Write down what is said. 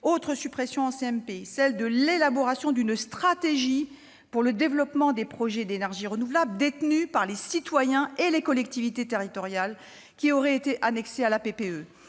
à la suppression d'une possible stratégie pour le développement des projets d'énergie renouvelable détenus par les citoyens et les collectivités territoriales qui aurait été annexée à la PPE.